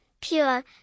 pure